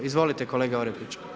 Izvolite kolega Orepiću.